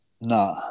No